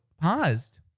paused